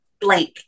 blank